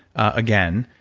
again,